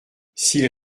s’ils